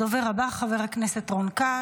הדובר הבא, חבר הכנסת רון כץ.